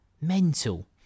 Mental